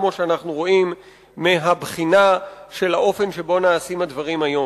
כמו שאנחנו רואים מהבחינה של האופן שבו נעשים הדברים היום.